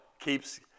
keeps